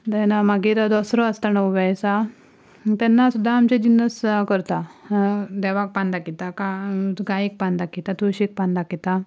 देन मागीर दसरो आसता णव्या दिसा तेन्ना सुद्दां आमचे जिनस करता देवाक पान दाखयता गायेक पान दाखयता तुळशीक पान दाखयता